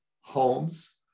homes